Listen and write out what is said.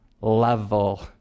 level